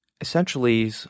essentially